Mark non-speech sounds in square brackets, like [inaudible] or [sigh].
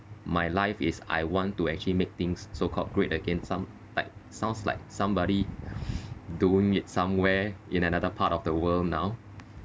my life is I want to actually make things so called great again some like sounds like somebody [breath] doing it somewhere in another part of the world now